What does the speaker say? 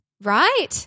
Right